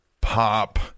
pop